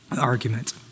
argument